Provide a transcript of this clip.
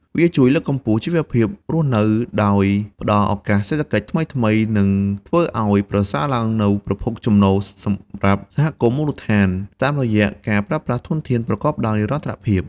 វាជួយលើកកម្ពស់ជីវភាពរស់នៅ ដោយផ្ដល់ឱកាសសេដ្ឋកិច្ចថ្មីៗ និងធ្វើឱ្យប្រសើរឡើងនូវប្រភពចំណូលសម្រាប់សហគមន៍មូលដ្ឋាន តាមរយៈការប្រើប្រាស់ធនធានប្រកបដោយនិរន្តរភាព។